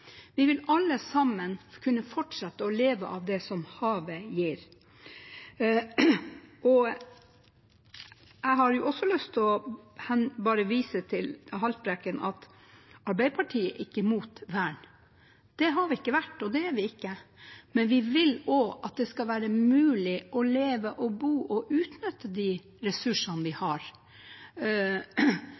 Vi vil alle sammen kunne fortsette å leve av det som havet gir. Jeg har også lyst til å si til Haltbrekken at Arbeiderpartiet ikke er imot vern. Det har vi ikke vært, og det er vi ikke. Men vi vil også at det skal være mulig å leve og bo og utnytte de ressursene vi har.